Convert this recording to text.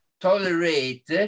tolerate